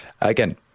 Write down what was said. Again